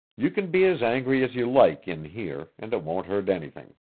you can be as angry as you like in here, and it won't hurt anything.